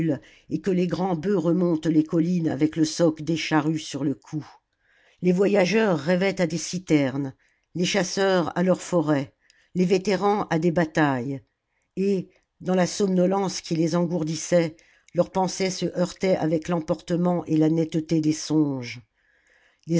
et que les grands bœufs remontent les collines avec le soc des charrues sur le cou les voyageurs rêvaient à des citernes les chasseurs à leurs forêts les vétérans à des batailles et dans la somnolence qui les engourdissait leurs pensées se heurtaient avec l'emportement et la netteté des songes